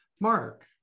Mark